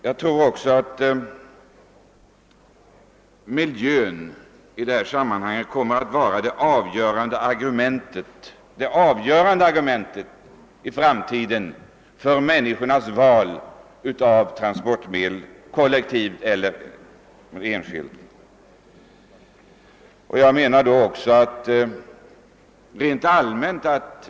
"Jag tror att miljön i framtiden kommer att bli den avgörande faktorn för människornas val mellan kollektiva och enskilda trafikmedel.